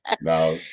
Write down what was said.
now